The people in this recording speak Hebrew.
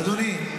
אדוני.